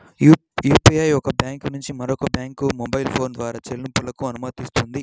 UPI ఒక bank నుంచి మరొక బ్యాంకుకు మొబైల్ ఫోన్ ద్వారా చెల్లింపులకు అనుమతినిస్తుంది